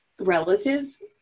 relatives